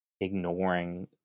ignoring